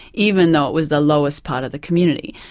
even though it was the lowest part of the community.